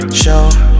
show